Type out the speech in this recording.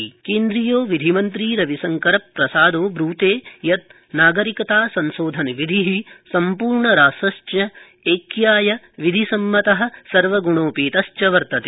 रविशंकरप्रसाद केन्द्रीयो विधिमन्द्री रविशंकरप्रसादो ब्रूते यत् नागरिकता संशोधनविधि सम्पूर्णराष्ट्रस्य ऐक्याय विधिसम्मतः सर्वग्णोपेतश्च वर्तते